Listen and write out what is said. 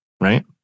Right